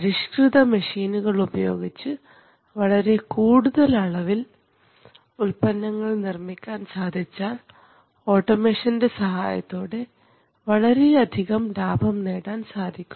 പരിഷ്കൃത മെഷീനുകൾ ഉപയോഗിച്ച് വളരെ കൂടുതൽ അളവിൽ ഉൽപ്പന്നങ്ങൾ നിർമ്മിക്കാൻ സാധിച്ചാൽ ഓട്ടോമേഷൻറെ സഹായത്തോടെ വളരെയധികം ലാഭം നേടാൻ സാധിക്കും